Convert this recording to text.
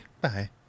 Bye